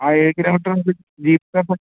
ആ ഏഴ് കിലോമീറ്ററുണ്ട് ജീപ്പ് സഫാരി